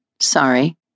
Sorry